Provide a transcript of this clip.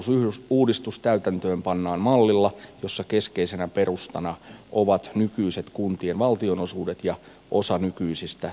rahoitusuudistus täytäntöönpannaan mallilla jossa keskeisenä perustana ovat nykyiset kuntien valtionosuudet ja osa nykyisistä sairausvakuutuskorvauksista